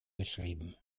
geschrieben